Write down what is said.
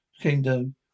kingdom